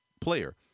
player